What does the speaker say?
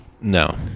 no